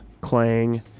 Clang